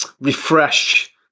refresh